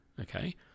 okay